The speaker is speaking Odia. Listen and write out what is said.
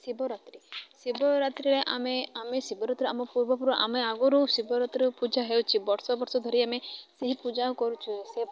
ଶିବରାତ୍ରି ଶିବରାତ୍ରିରେ ଆମେ ଆମେ ଶିବରାତ୍ରି ଆମ ପୂର୍ବ ଆମେ ଆଗରୁ ଶିବରାତ୍ରି ପୂଜା ହେଉଛି ବର୍ଷ ବର୍ଷ ଧରି ଆମେ ସେହି ପୂଜା କରୁଛୁ ସେ